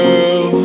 Girl